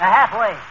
Halfway